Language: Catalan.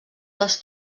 les